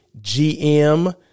GM